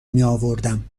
میاوردم